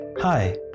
Hi